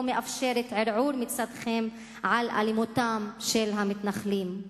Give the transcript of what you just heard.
מאפשרים ערעור מצדכם על אלימותם של המתנחלים.